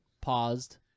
paused